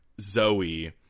Zoe